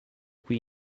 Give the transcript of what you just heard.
qui